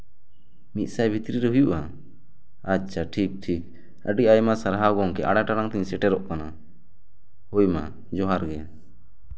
ᱢᱤᱫᱥᱟᱭ ᱵᱷᱤᱛᱨᱤ ᱨᱮ ᱦᱩᱭᱩᱜᱼᱟ ᱟᱪᱪᱷᱟ ᱴᱷᱤᱠ ᱴᱷᱤᱠ ᱟᱹᱰᱤ ᱟᱭᱢᱟ ᱥᱟᱨᱦᱟᱣ ᱜᱚᱢᱠᱮ ᱟᱲᱟᱭ ᱴᱟᱲᱟᱝ ᱛᱮᱧ ᱥᱮᱴᱮᱨᱚᱜ ᱠᱟᱱᱟ ᱦᱳᱭ ᱢᱟ ᱡᱚᱦᱟᱨ ᱜᱮ